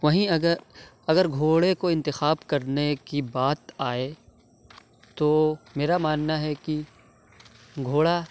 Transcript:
وہیں اگر اگر گھوڑے کو انتخاب کرنے کی بات آئے تو میرا ماننا ہے کہ گھوڑا